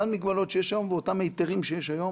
באותן מגבלות שיש היום ובאותם היתרים שיש היום,